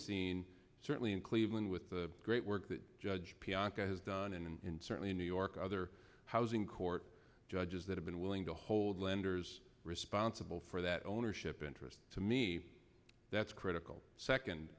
seen certainly in cleveland with the great work that judge pianka has done and certainly in new york other housing court judges that have been willing to hold lenders responsible for that ownership interest to me that's critical